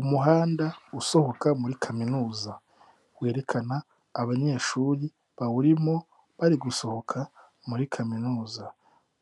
Umuhanda usohoka muri kaminuza werekana abanyeshuri bawurimo bari gusohoka muri kaminuza.